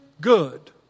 good